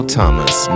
Thomas